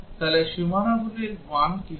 তাহলে সীমানা মানগুলি কী হবে